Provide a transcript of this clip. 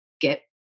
get